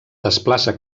desplaça